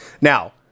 now